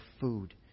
food